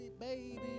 Baby